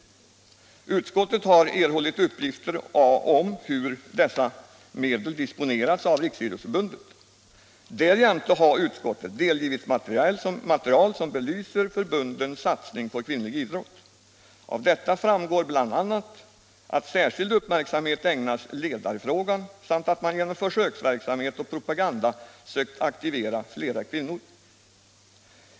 Utskottet har erhållit uppgifter om hur dessa medel disponeras av Riksidrottsförbundet. Därjämte har utskottet delgivits material som belyser förbundets satsning på kvinnlig idrott. Av detta framgår bl.a. att särskild uppmärksamhet ägnats ledarfrågan samt att man genom försöksverksamhet och propaganda sökt aktivera fler kvinnor.